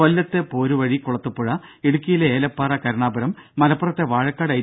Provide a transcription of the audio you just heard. കൊല്ലത്തെ പോരുവഴി കുളത്തൂപ്പുഴ ഇടുക്കിയിലെ ഏലപ്പാറ കരുണാപുരം മലപ്പുറത്തെ വാഴക്കാട് ഐ